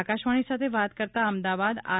આકાશવાણી સાથે વાત કરતા અમદાવાદ આર